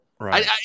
Right